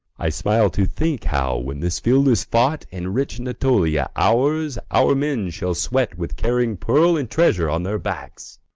i smile to think how, when this field is fought and rich natolia ours, our men shall sweat with carrying pearl and treasure on their backs.